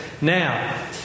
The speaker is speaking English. Now